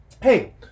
Hey